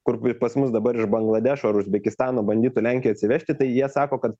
kur pas mus dabar iš bangladešo ar uzbekistano bandytų lenkija atsivežti tai jie sako kad